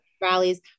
rallies